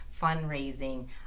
fundraising